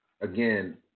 Again